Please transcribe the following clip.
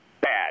bad